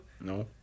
No